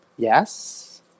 Yes